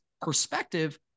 perspective